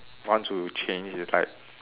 want to change is like